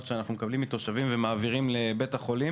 שאנחנו מקבלים מתושבים ומעבירים לבית החולים